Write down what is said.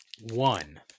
one